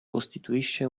costituisce